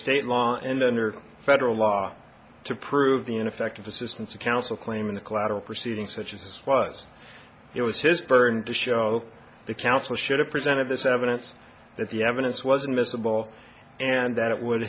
state law and under federal law to prove the ineffective assistance of counsel claim in the collateral proceedings such as this was it was his burden to show the council should have presented this evidence that the evidence wasn't visible and that it would